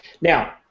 Now